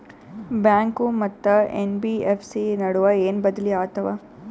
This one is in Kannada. ಬ್ಯಾಂಕು ಮತ್ತ ಎನ್.ಬಿ.ಎಫ್.ಸಿ ನಡುವ ಏನ ಬದಲಿ ಆತವ?